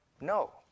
No